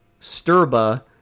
Sturba